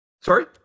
Sorry